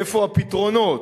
איפה הפתרונות.